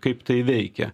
kaip tai veikia